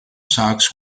sacks